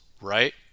right